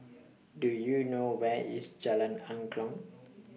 Do YOU know Where IS Jalan Angklong